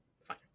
fine